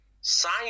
sign